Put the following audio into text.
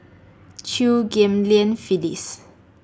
Chew Ghim Lian Phyllis